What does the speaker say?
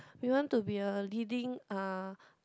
we want to be a leading uh